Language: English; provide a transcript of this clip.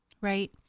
right